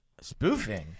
Spoofing